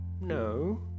No